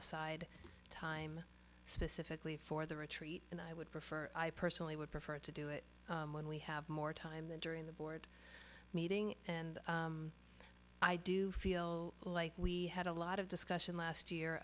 aside time specifically for the retreat and i would prefer i personally would prefer to do it when we have more time than during the board meeting and i do feel like we had a lot of discussion last year